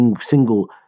single